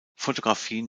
fotografien